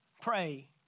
Pray